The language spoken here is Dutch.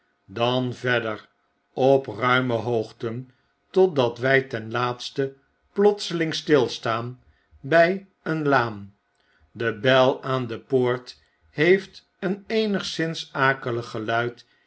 dan verder op ruime hoogten totdat wy ten laatste plotseling stilstaan by een laan de bel aan de poort heeft een eenigszins akelig geluid